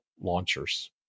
launchers